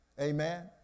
amen